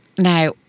Now